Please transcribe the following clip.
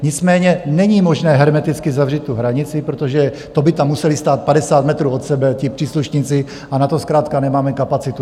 Nicméně není možné hermeticky zavřít tu hranici, protože to by tam museli stát 50 metrů od sebe ti příslušníci, a na to zkrátka nemáme kapacitu.